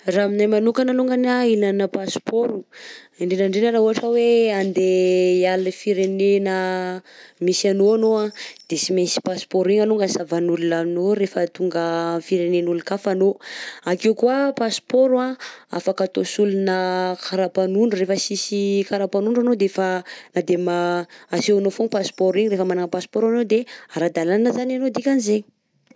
Raha aminahy manokana alongany anh ilana pasipaoro indrindrandrindra raha ohatra hoe andeha hiala i firenena misy anao anao anh de sy mainsy pasipaoro igny alongany savan'olona anao rehefa tonga am'firenen'olon-kafa anao. _x000D_ Ankeo koa pasipaoro anh afaka atao solonà karapanondro, rehefa sisy karapanondro anao de efa de ma- asehonao foagna pasipaoro igny, rehefa manana pasipaoro anao de ara-dalàna zany ianao dikan'izay.